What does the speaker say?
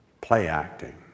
play-acting